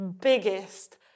biggest